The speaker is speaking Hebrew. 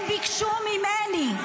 הם ביקשו ממני,